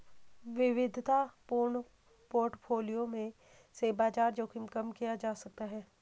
विविधतापूर्ण पोर्टफोलियो से बाजार जोखिम कम किया जा सकता है